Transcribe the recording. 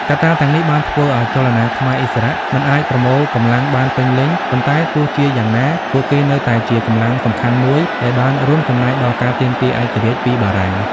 កត្តាទាំងនេះបានធ្វើឱ្យចលនាខ្មែរឥស្សរៈមិនអាចប្រមូលកម្លាំងបានពេញលេញ ប៉ុន្តែទោះជាយ៉ាងណា ពួកគេនៅតែជាកម្លាំងសំខាន់មួយដែលបានរួមចំណែកដល់ការទាមទារឯករាជ្យពីបារាំង។